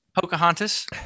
Pocahontas